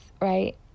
right